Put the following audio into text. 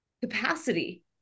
capacity